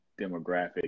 demographic